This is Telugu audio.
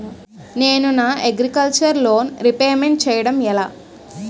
నేను నా అగ్రికల్చర్ లోన్ రీపేమెంట్ చేయడం ఎలా?